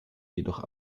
jedoch